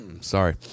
sorry